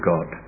God